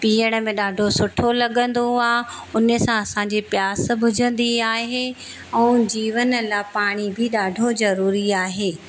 पीअण में ॾाढो सुठो लॻंदो आहे उन सां असांजी प्यास बुझंदी आहे ऐं जीवन लाइ पाणी बि ॾाढो ज़रूरी आहे